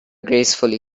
gracefully